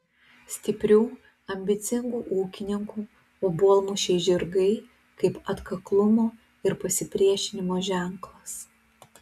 stiprių ambicingų ūkininkų obuolmušiai žirgai kaip atkaklumo ir pasipriešinimo ženklas